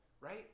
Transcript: right